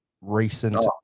recent